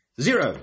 zero